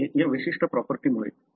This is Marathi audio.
हे या विशिष्ट प्रॉपर्टीमुळे आहे